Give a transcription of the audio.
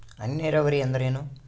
ಹನಿ ನೇರಾವರಿ ಎಂದರೇನು?